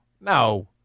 no